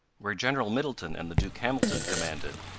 where general middleton and the duke hamilton commanded,